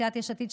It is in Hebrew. סיעת יש עתיד,